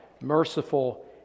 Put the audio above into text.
merciful